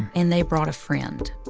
and they brought a friend.